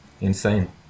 Insane